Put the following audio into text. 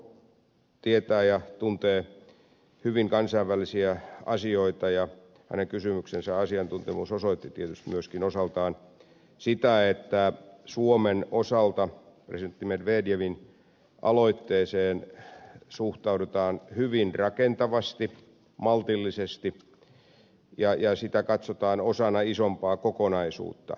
orpo tietää ja tuntee hyvin kansainvälisiä asioita ja hänen kysymyksensä asiantuntemus osoitti tietysti myöskin osaltaan sitä että suomen osalta presidentti medvedevin aloitteeseen suhtaudutaan hyvin rakentavasti maltillisesti ja sitä katsotaan osana isompaa kokonaisuutta